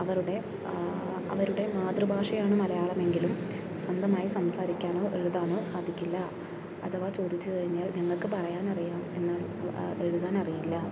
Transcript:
അവരുടെ അവരുടെ മാതൃഭാഷയാണ് മലയാളം എങ്കിലും സ്വന്തമായി സംസാരിക്കാനോ എഴുതാനോ സാധിക്കില്ല അഥവാ ചോദിച്ചു കഴിഞ്ഞാൽ ഞങ്ങൾക്ക് പറയാൻ അറിയാം എന്നാൽ എഴുതാൻ അറിയില്ല